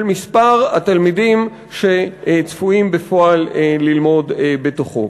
של מספר התלמידים שצפויים בפועל ללמוד בו.